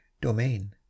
domain